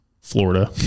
florida